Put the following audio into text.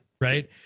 right